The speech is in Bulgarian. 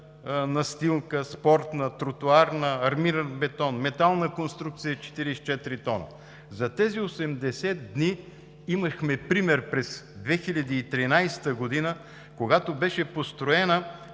настилка – спортна, тротоарна, армиран бетон, метална конструкция – 44 т. За тези 80 дни имахме пример през 2013 г., когато беше построена